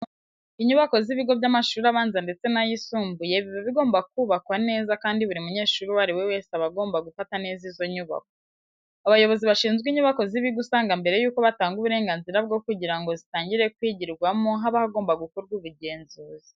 Inyubako z'ibigo by'amashuri abanza ndetse n'ayisumbuye biba bigomba kubakwa neza kandi buri munyeshuri uwo ari we wese aba agomba gufata neza izo nyubako. Abayobozi bashinzwe inyubako z'ibigo usanga mbere yuko batanga uburenganzira bwo kugira ngo zitangire kwigirwamo haba hagomba gukorwa ubugenzuzi.